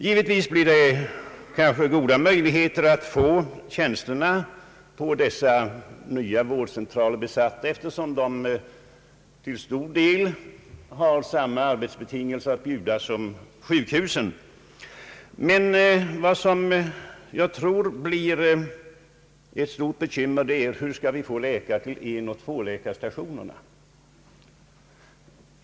Givetvis bör det bli goda möjligheter att få tjänsterna vid dessa vårdeentraler besatta, eftersom de till stor del kan bjuda samma arbetsbetingelser som sjukhusen. Men vad jag tror kommer att bli ett stort bekymmer är hur vi skall få läkare till enoch tvåläkarstationerna.